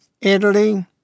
Italy